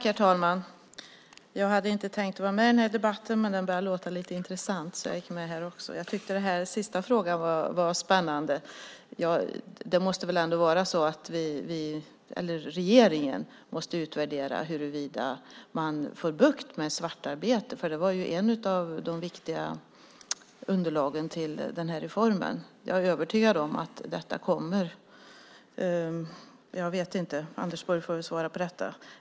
Herr talman! Jag hade inte tänkt vara med i den här debatten, men den började låta lite intressant så jag gick med här också. Jag tyckte att den sista frågan var spännande. Regeringen måste väl utvärdera huruvida man får bukt med svartarbete, för det var ju ett av de viktiga underlagen till den här reformen. Jag är övertygad om att detta kommer. Jag vet inte - Anders Borg får svara på detta.